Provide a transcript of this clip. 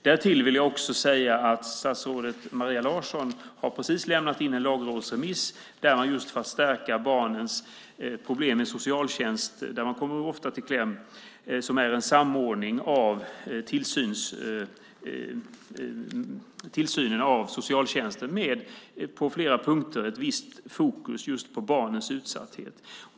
Därtill vill jag säga att statsrådet Maria Larsson precis har lämnat in en lagrådsremiss där man för att stärka barnen i socialtjänsten, där de ofta kommer i kläm, samordnar tillsynen av socialtjänsten med fokus på barnens utsatthet.